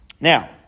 now